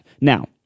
now